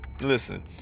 listen